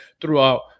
throughout